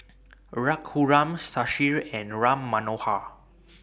Raghuram Shashi and Ram Manohar